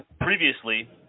Previously